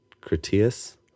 Critias